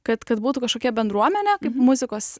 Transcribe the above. kad kad būtų kažkokia bendruomenė kaip muzikos